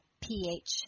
pH